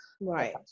right